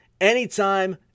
anytime